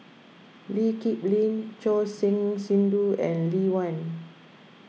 Lee Kip Lin Choor Singh Sidhu and Lee Wen